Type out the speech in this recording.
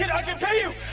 and i can pay you!